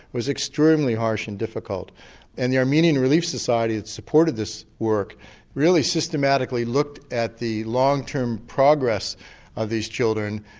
was extremely harsh and difficult and the armenian relief society that supported this work really systematically looked at the long term progress of these children,